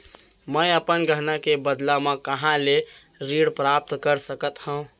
मै अपन गहना के बदला मा कहाँ ले ऋण प्राप्त कर सकत हव?